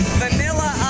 vanilla